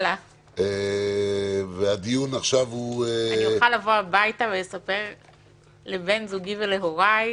אני אוכל לבוא הביתה ולספר לבן זוגי ולהוריי